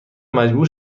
مجبور